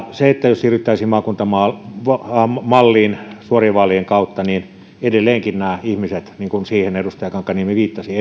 edustajia mutta jos siirryttäisiin maakuntamalliin suorien vaalien kautta niin edelleenkin nämä oman kunnan ihmiset niin kuin edustaja kankaanniemi viittasi